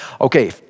Okay